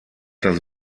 das